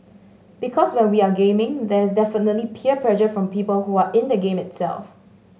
because when we are gaming there is definitely peer pressure from people who are in the game itself